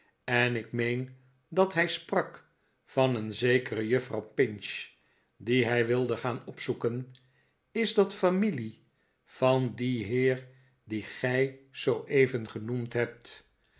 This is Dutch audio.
en ik meen dat hij sprak van een zekere juffrouw pinch die hij wilde gaan opzoeken is dat familie van dien heer dien gij zooeven genoemd hebt